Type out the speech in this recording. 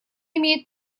имеет